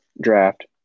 draft